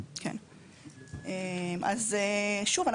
שוב,